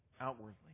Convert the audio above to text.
outwardly